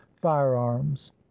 firearms